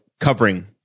covering